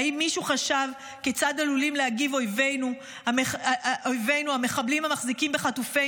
האם מישהו חשב כיצד עלולים להגיב אויבינו המחבלים המחזיקים בחטופינו?